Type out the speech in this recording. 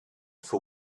for